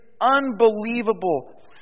unbelievable